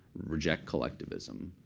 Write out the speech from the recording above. reject collectivism,